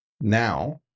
Now